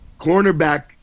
Cornerback